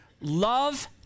Love